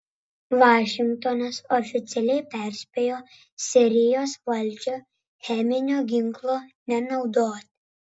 vašingtonas oficialiai perspėjo sirijos valdžią cheminio ginklo nenaudoti